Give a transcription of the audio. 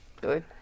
good